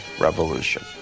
revolution